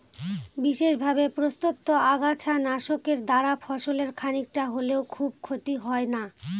বিশেষভাবে প্রস্তুত আগাছা নাশকের দ্বারা ফসলের খানিকটা হলেও খুব ক্ষতি হয় না